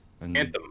Anthem